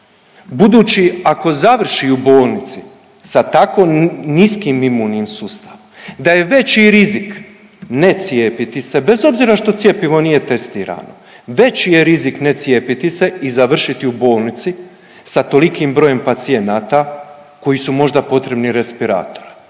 budući ako završi u bolnici sa tako niskim imunim sustavom da je veći rizik ne cijepiti se, bez obzira što cjepivo nije testirano, veći je rizik ne cijepiti se i završiti u bolnici sa tolikim brojem pacijenata koji su možda potrebni respiratora.